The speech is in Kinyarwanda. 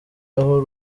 aho